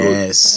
Yes